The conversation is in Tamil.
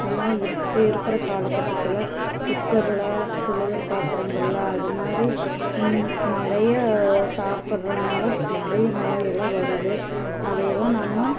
ஆனால் இப்போ இருக்கிற காலகட்டத்தில் குக்கர்ல சில்வர் பாத்திரங்கள்ல அது மாதிரி நிறைய சாப்பட்றதுனால நிறைய நோய் எல்லாம் வருது அதை எல்லாம் நம்ம